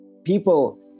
People